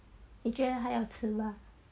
你觉得还要吃吗